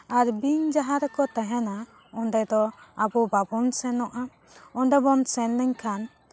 ᱟᱨ ᱵᱤᱧ ᱡᱟᱦᱟᱸ ᱨᱮᱠᱚ ᱛᱟᱦᱮᱱᱟ ᱚᱸᱰᱮ ᱫᱚ ᱟᱵᱚ ᱵᱟᱵᱚᱱ ᱥᱮᱱᱚᱜᱼᱟ ᱚᱸᱰᱮ ᱵᱚᱱ ᱥᱮᱱ ᱞᱮᱱᱠᱷᱟᱱ